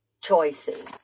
choices